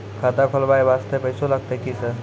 खाता खोलबाय वास्ते पैसो लगते की सर?